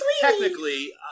technically